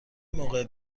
موقع